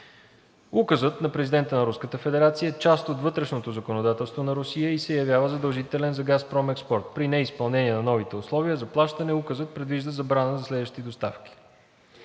Указът на президента на Руската федерация е част от вътрешното законодателство на Русия и се явява задължителен за „Газпром Експорт“. При неизпълнение на новите условия за плащане Указът предвижда забрана за следващи доставки.